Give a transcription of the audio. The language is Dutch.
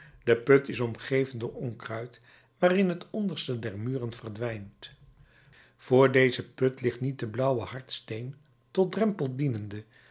de put is omgeven door onkruid waarin het onderste der muren verdwijnt voor dezen put ligt niet de blauwe hardsteen tot drempel dienende